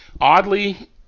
oddly